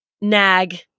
nag